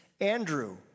Andrew